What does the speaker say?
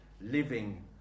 living